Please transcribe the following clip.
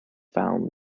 found